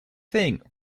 thing